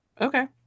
Okay